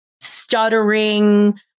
stuttering